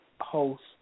host